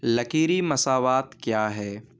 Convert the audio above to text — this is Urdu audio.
لکیری مساوات کیا ہے